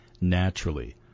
naturally